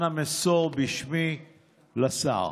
אנא, מסור בשמי לשר.